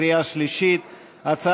כנדרש בשלוש קריאות והפכה